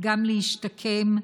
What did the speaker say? גם להשתקם,